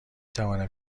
توانم